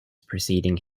preceding